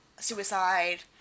suicide